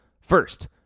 First